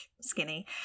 skinny